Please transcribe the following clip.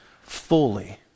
fully